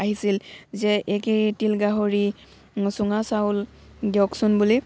আহিছিল যে এই কেই তিল গাহৰি চুঙা চাউল দিয়কচোন বুলি